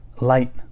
light